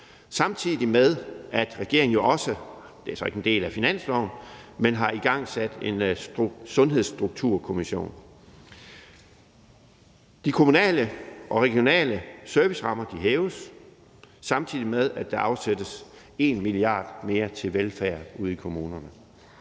af finansloven – har igangsat en Sundhedsstrukturkommission. De kommunale og regionale servicerammer hæves, samtidig med at der afsættes 1 mia. kr. mere til velfærd ude i kommunerne.